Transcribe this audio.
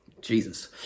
Jesus